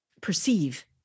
perceive